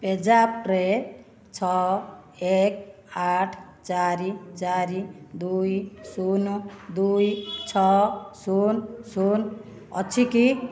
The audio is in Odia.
ପେଜାପ୍ରେ ଛଅ ଏକ ଆଠ ଚାରି ଚାରି ଦୁଇ ଶୂନ ଦୁଇ ଛଅ ଶୂନ ଶୂନ ଅଛି କି